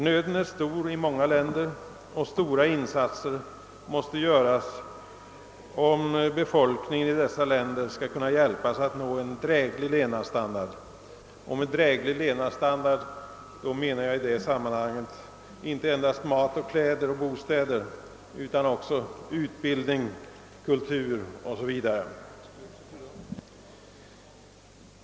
Nöden är stor i många länder, och stora insatser måste göras om befolkningen i dessa länder skall kunna hjälpas att nå en dräglig levnadsstandard — med dräglig levnadsstandard menar jag då inte endast mat, kläder och bostäder utan också utbildning, kultur 0. s. v.